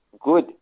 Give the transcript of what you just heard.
good